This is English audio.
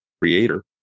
creator